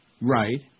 Right